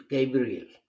Gabriel